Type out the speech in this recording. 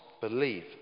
believe